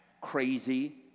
crazy